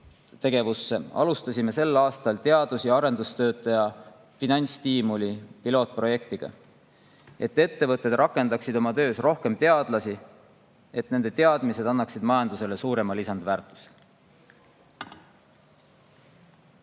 arendustegevusse, alustasime sel aastal teadus- ja arendustöötaja finantsstiimuli pilootprojektiga, et ettevõtted rakendaksid oma töös rohkem teadlasi ja et nende teadmised annaksid majandusele suurema lisandväärtuse.